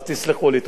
אז תסלחו לי.